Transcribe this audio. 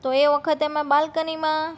તો એ વખતે મેં બાલ્કનીમાં